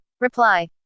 reply